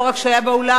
לא רק שהיה באולם,